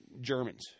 Germans